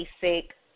basic